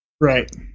right